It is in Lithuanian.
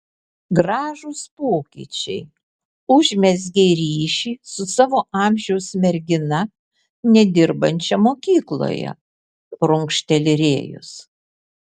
gražūs pokyčiai užmezgei ryšį su savo amžiaus mergina nedirbančia mokykloje prunkšteli rėjus